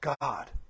God